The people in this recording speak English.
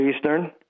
Eastern